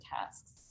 tasks